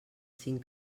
cinc